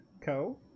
Co